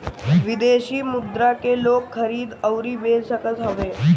विदेशी मुद्रा के लोग खरीद अउरी बेच सकत हवे